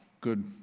good